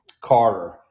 Carter